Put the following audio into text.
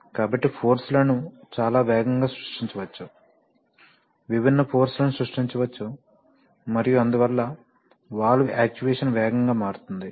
కాబట్టి ఫోర్స్ లను చాలా వేగంగా సృష్టించవచ్చు విభిన్న ఫోర్స్ లను సృష్టించవచ్చు మరియు అందువల్ల వాల్వ్ యాక్చుయేషన్ వేగంగా మారుతుంది